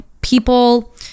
people